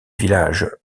villages